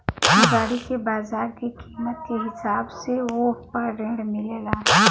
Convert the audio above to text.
गाड़ी के बाजार के कीमत के हिसाब से वोह पर ऋण मिलेला